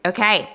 Okay